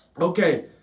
Okay